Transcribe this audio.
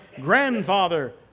grandfather